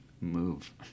move